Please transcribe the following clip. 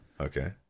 Okay